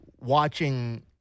watching